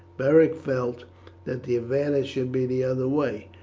beric felt that the advantage should be the other way,